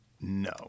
No